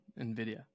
NVIDIA